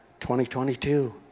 2022